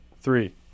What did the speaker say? three